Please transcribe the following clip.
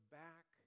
back